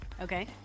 Okay